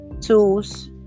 tools